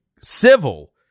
civil